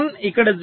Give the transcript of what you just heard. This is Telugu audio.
1 ఇక్కడ 0